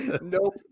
Nope